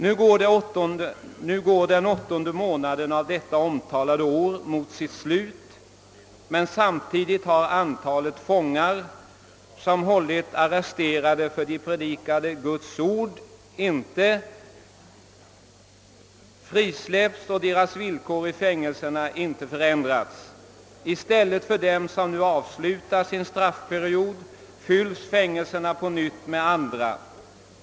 Nu går den åttonde månaden av detta omtalade år mot sitt slut, men samtidigt har antalet fångar, som hålls arresterade för att de predikar Guds ord i SSSR, och deras villkor i fängelserna inte förändrats. I stället för dem som avslutar sin straffperiod fylls fängelserna på nytt med andra.